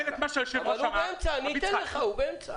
הוא באמצע.